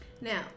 Now